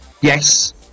Yes